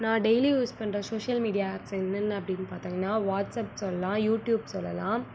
நான் daily use பண்ணுற social media apps என்னென்ன அப்டின்னு பார்த்திங்கன்னா வாட்ஸ்அப் சொல்லலாம் யூடியூப் சொல்லலாம்